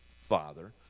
Father